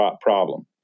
problem